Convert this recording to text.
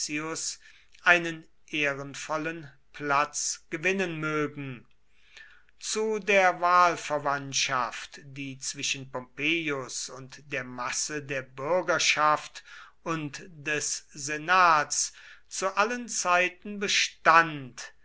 einen ehrenvollen platz gewinnen mögen zu der wahlverwandtschaft die zwischen pompeius und der masse der bürgerschaft und des senats zu allen zeiten bestand